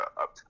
up